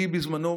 אני בזמנו,